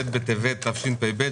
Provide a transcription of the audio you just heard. ט' בטבת תשפ"ב,